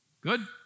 Good